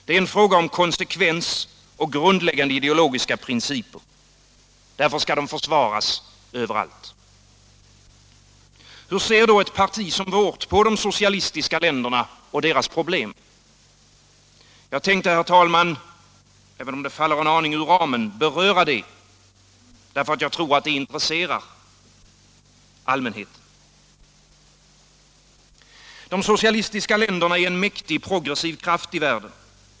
Det är fråga om konsekvens och grundläggande ideologiska principer. Därför skall de försvaras överallt. Hur ser då ett parti som vårt på de socialistiska länderna och deras problem? Jag tänkte, herr talman — även om det faller en aning utanför ramen — beröra det, därför att jag tror att det intresserar allmänheten. De socialistiska länderna är en mäktig progressiv kraft i världen.